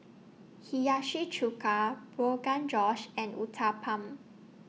Hiyashi Chuka Rogan Josh and Uthapam